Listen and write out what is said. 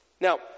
Now